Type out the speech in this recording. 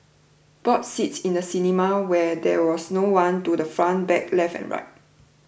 bought seats in the cinema where there was no one to the front back left and right